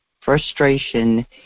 frustration